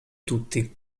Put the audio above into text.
tutti